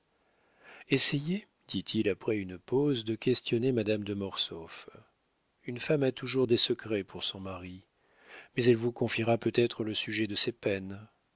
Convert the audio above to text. essayez dit-il après une pause de questionner madame de mortsauf une femme a toujours des secrets pour son mari mais elle vous confiera peut-être le sujet de ses peines